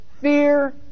fear